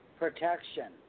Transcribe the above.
protection